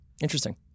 interesting